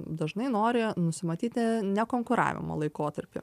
dažnai nori nusimatyti nekonkuravimo laikotarpį